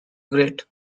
great